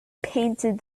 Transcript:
painted